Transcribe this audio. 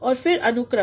और फिर अनुक्रम